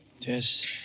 Yes